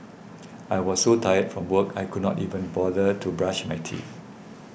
I was so tired from work I could not even bother to brush my teeth